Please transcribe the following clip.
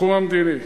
בתחום המדיני.